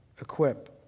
equip